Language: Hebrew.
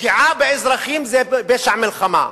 פגיעה באזרחים זה פשע מלחמה,